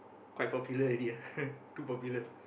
quite popular already ah too popular